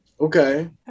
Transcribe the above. Okay